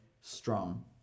strong